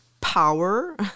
power